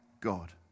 God